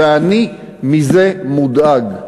ואני מזה מודאג.